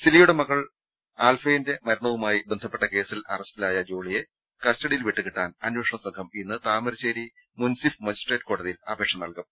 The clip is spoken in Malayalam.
സിലിയുടെ മകൾ ആൽഫൈന്റെ മരണവുമായി ബന്ധപ്പെട്ട കേസിൽ അറസ്റ്റിലായ പ്രജോളിയെ കസ്റ്റഡിയിൽ വിട്ടുകിട്ടുന്നതിനായി അന്വേഷണസംഘം ഇന്ന് ്താമരശ്ശേരി മുൻസിഫ് മജിസ് ട്രേറ്റ് കോടതിയിൽ അപേക്ഷ സമർപ്പിക്കും